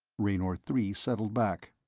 raynor three settled back.